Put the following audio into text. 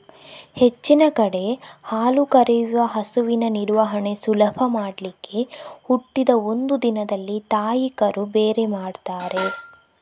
ಹೆಚ್ಚಿನ ಕಡೆ ಹಾಲು ಕರೆಯುವ ಹಸುವಿನ ನಿರ್ವಹಣೆ ಸುಲಭ ಮಾಡ್ಲಿಕ್ಕೆ ಹುಟ್ಟಿದ ಒಂದು ದಿನದಲ್ಲಿ ತಾಯಿ ಕರು ಬೇರೆ ಮಾಡ್ತಾರೆ